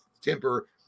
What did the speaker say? temper